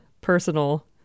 personal